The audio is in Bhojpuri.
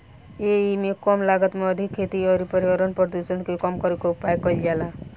एइमे कम लागत में अधिका खेती अउरी पर्यावरण प्रदुषण के कम करे के उपाय कईल जाला